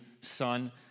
son